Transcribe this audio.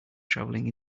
traveling